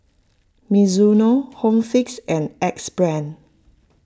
Mizuno Home Fix and Axe Brand